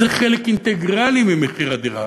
זה חלק אינטגרלי ממחיר הדירה.